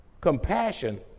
Compassion